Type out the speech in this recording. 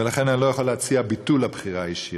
ולכן אני לא יכול להציע את ביטול הבחירה הישירה.